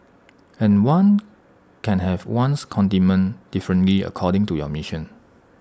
and one can have one's contentment differently according to your mission